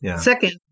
Second